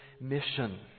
mission